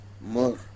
more